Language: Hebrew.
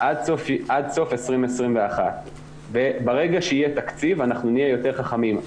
עד סוף 2021. ברגע שיהיה תקציב אנחנו נהיה יותר חכמים.